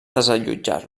desallotjar